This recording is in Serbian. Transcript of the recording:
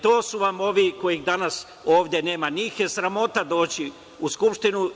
To su vam ovi kojih danas nema ovde, a njih je sramota doći u Skupštinu.